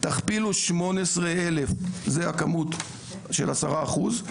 תכפילו 18 אלף זה הכמות של עשרה אחוז,